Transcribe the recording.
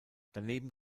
daneben